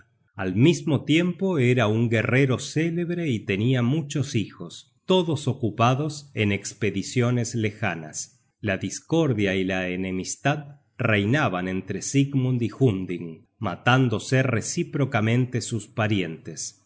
al mismo tiempo era un guerrero célebre y tenia muchos hijos todos ocupados en espediciones lejanas la discordia y la enemistad reinaban entre sigmund y hunding matándose recíprocamente sus parientes